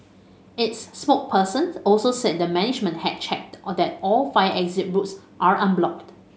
its spokesperson also said the management had checked all that all fire exit routes are unblocked